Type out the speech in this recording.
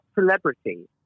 celebrity